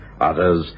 others